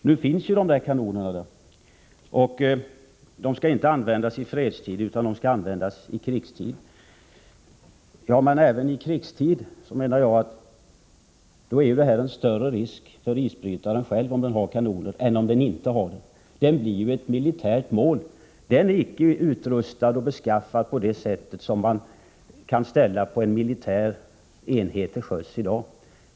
Herr talman! Men, försvarsministern, nu finns ju kanonerna där. De skall inte användas i fredstid utan i krigstid, säger försvarsministern. Men även om man nu talar om krigstid innebär det en större risk om en isbrytare är utrustad med kanoner än om den inte är det. Isbrytaren blir ju ett militärt mål. Den är icke utrustad på det sätt som i dag krävs för en militär enhet till sjöss.